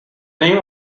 name